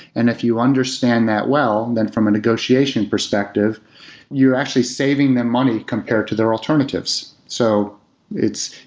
and if you understand that well, then from a negotiation perspective you're actually saving them money compared to their alternatives. so it's,